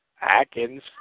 Atkins